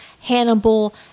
Hannibal